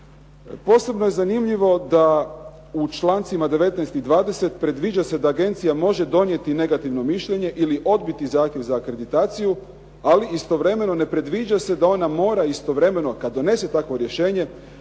Posebno je zanimljivo da u člancima 19. i 20. predviđa se da agencija može donijeti negativno mišljenje ili odbiti zahtjev za akreditaciju ali istovremeno ne predviđa se da ona mora istovremeno kada donese to rješenje